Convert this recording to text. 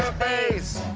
face.